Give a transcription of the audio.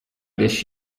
this